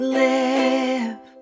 live